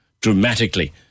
dramatically